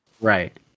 Right